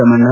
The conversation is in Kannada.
ತಮ್ಮಣ್ಣ